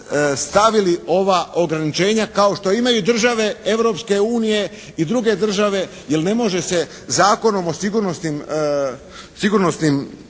stavili ova ograničenja kao što imaju države Europske unije i druge države jer ne može se Zakonom o sigurnosnim